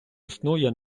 існує